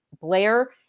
blair